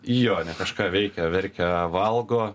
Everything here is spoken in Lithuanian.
jo ne kažką veikia verkia valgo